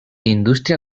indústria